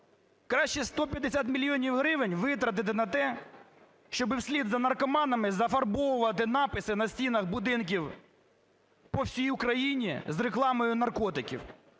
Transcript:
Краще 150 мільйонів гривень витратити на те, щоб вслід за наркоманами зафарбовувати написи на стінах будинків по всій Україні з рекламою наркотиків.